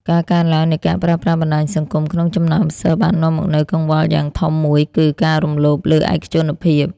ការកើនឡើងនៃការប្រើប្រាស់បណ្តាញសង្គមក្នុងចំណោមសិស្សបាននាំមកនូវកង្វល់យ៉ាងធំមួយគឺ ការរំលោភលើឯកជនភាព។